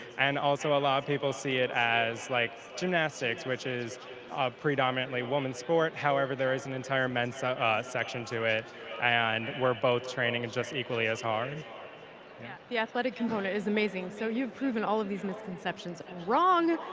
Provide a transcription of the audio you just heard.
and also a lot of people see it as like gymnastics which is a predominantly a woman's sport however there is an entire men's ah ah section to it and we're both training is just equally as hard. sapna yeah, the athletic component is amazing, so you've proven all of these misconceptions wrong,